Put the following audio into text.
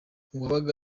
uwabaga